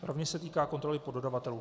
Rovněž se týká kontroly poddodavatelů.